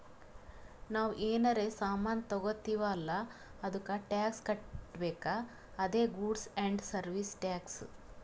ನಾವ್ ಏನರೇ ಸಾಮಾನ್ ತಗೊತ್ತಿವ್ ಅಲ್ಲ ಅದ್ದುಕ್ ಟ್ಯಾಕ್ಸ್ ಕಟ್ಬೇಕ್ ಅದೇ ಗೂಡ್ಸ್ ಆ್ಯಂಡ್ ಸರ್ವೀಸ್ ಟ್ಯಾಕ್ಸ್